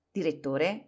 direttore